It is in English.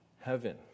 heaven